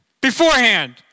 beforehand